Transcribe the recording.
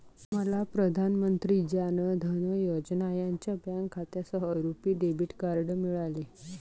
मला प्रधान मंत्री जान धन योजना यांच्या बँक खात्यासह रुपी डेबिट कार्ड मिळाले